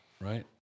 right